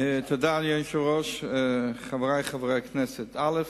אדוני היושב-ראש, חברי חברי הכנסת, א.